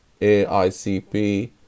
AICP